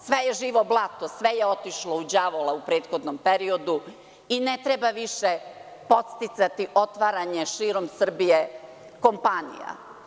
Sve je živo blato, sve je otišlo u đavola u prethodnom periodu i ne treba više podsticati otvaranje širom Srbije kompanija.